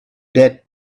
that